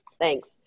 thanks